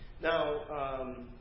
Now